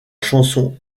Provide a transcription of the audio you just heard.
chanson